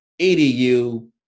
EDU